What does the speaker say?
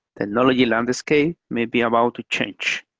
technology landscape may be about to change.